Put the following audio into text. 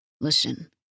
Listen